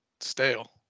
stale